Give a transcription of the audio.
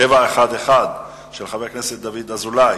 שאילתא מס' 711 של חבר הכנסת דוד אזולאי: